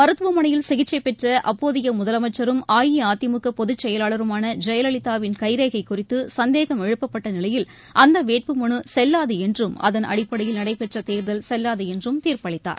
மருத்துவமனையில் சிகிச்சைபெற்றஅப்போதையமுதலமைச்சரும் அஇஅதிமுகபொதுச் செயலாளருமானஜெயலலிதாவின் கைரேகைகுறித்துசந்தேகம் எழுப்பப்பட்டநிலையில் அந்தவேட்புமனுசெல்வாதுஎன்றும் அதன் அடிப்படையில் நடைபெற்றதேர்தல் செல்வாதுஎன்றும் தீர்ப்பளித்தார்